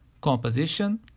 composition